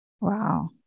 Wow